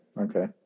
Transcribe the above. Okay